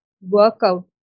Workout